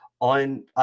on –